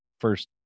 first